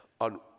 on